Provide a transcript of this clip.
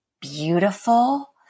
beautiful